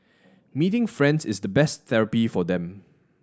meeting friends is the best therapy for them